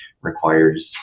requires